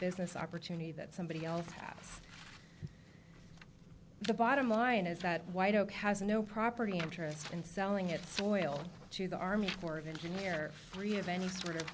business opportunity that somebody else have the bottom line is that white oak has no property interest in selling its oil to the army corps of engineer free of any sort of